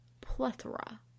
Plethora